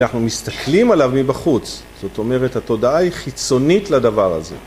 אנחנו מסתכלים עליו מבחוץ, זאת אומרת התודעה היא חיצונית לדבר הזה.